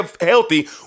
healthy